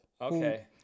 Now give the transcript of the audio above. Okay